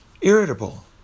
irritable